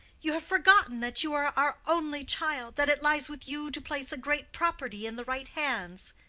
you have forgotten that you are our only child that it lies with you to place a great property in the right hands?